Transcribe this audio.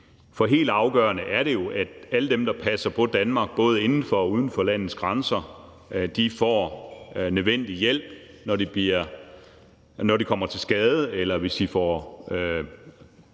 For helt afgørende er det jo, at alle dem, der passer på Danmark, både inden for og uden for landets grænser, får den nødvendige hjælp, når de kommer til skade, eller hvis de får